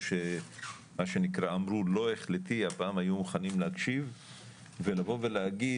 שמה שנקרא אמרו לא החלטי הפעם היו מוכנים להקשיב ולבוא ולהגיד